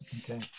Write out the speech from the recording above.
Okay